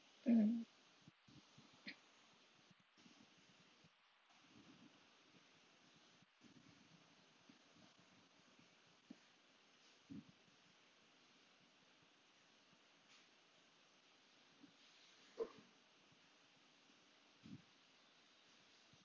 mm